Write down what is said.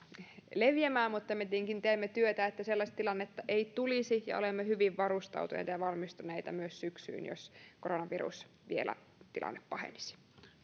leviämään mutta me tietenkin teemme työtä että sellaista tilannetta ei tulisi ja olemme hyvin varustautuneita ja valmistautuneita myös syksyyn jos koronavirustilanne vielä pahenisi